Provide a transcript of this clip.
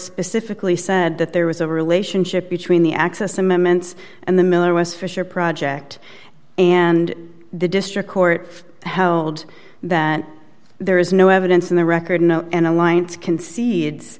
specifically said that there was a relationship between the access amendments and the miller was fisher project and the district court held that there is no evidence in the record no an alliance